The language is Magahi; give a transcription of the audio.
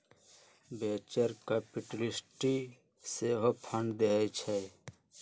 वेंचर कैपिटलिस्ट सेहो फंड देइ छइ